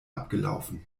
abgelaufen